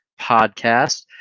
podcast